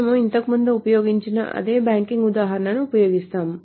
మనము ఇంతకు ముందు ఉపయోగించిన అదే బ్యాంకింగ్ ఉదాహరణను ఉపయోగిస్తాము